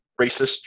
racist